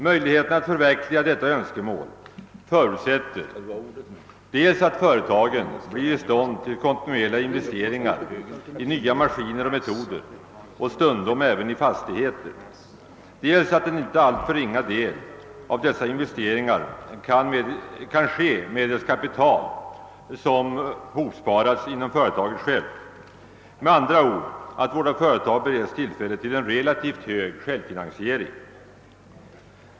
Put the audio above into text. Möjligheterna att förverkliga detta önskemål förutsätter dels att företagen blir i stånd till kontinuerliga investeringar i nya maskiner och metoder och stundom även i fastigheter, dels att en inte alltför ringa del av dessa investeringar kan ske medelst kapital som hopsparats inom företaget självt, med andra ord att våra företag bereds tillfälle till en relativt hög grad av självfinansiering.